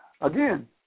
Again